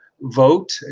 vote